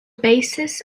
basis